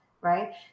right